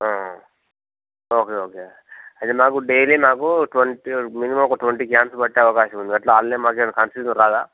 okay okay అయితే నాకు daily నాకు ట్వంటీ మినిమమ్ ఒక ట్వంటీ క్యాన్స్ పట్టే అవకాశం ఉంది అట్లా అందులో మాకు ఏమన్నా కన్ఫ్యూజన్ రాదా